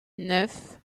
neuf